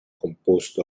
composed